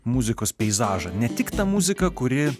muzikos peizažą ne tik ta muzika kuri